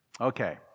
Okay